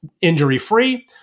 injury-free